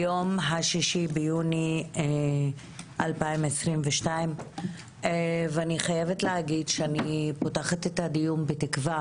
היום השישי ביוני 2022. ואני חייבת להגיד שאני פותחת את הדיון בתקווה